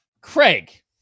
Craig